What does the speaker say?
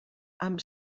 amb